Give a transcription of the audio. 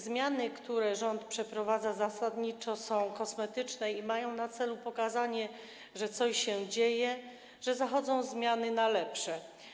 Zmiany, które rząd przeprowadza, zasadniczo są kosmetyczne i mają na celu pokazanie, że coś się dzieję, że zachodzą zmiany na lepsze.